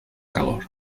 calor